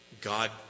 God